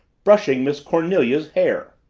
brushing miss cornelia's hair.